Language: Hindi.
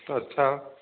तो अच्छा